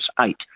eight